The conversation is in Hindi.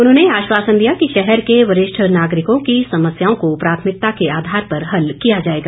उन्होंने आशवासन दिया कि शहर के वरिष्ठ नागरिकों की समस्याओं को प्राथमिकता को आधार पर हल किया जाएगा